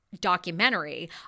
documentary